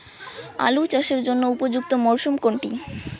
আলু চাষের জন্য উপযুক্ত মরশুম কোনটি?